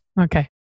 Okay